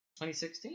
2016